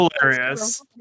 hilarious